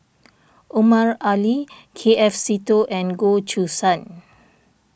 Omar Ali K F Seetoh and Goh Choo San